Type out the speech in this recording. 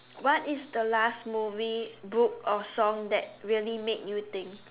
what is the last movie book or song that really make you think